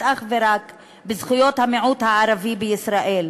אך ורק בזכויות המיעוט הערבי בישראל,